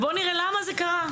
בואו נראה למה זה קרה?